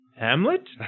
hamlet